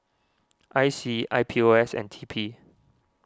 I C I P O S and T P